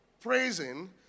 praising